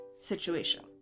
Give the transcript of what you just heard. situation